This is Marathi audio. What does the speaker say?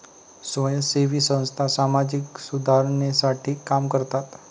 स्वयंसेवी संस्था सामाजिक सुधारणेसाठी काम करतात